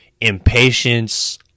impatience